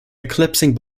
eclipsing